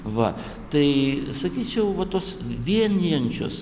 va tai sakyčiau va tos vienijančios